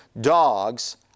Dogs